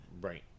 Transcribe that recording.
right